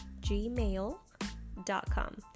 gmail.com